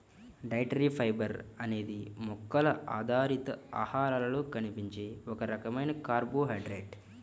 dietary fibre అనేది మొక్కల ఆధారిత ఆహారాలలో కనిపించే ఒక రకమైన కార్బోహైడ్రేట్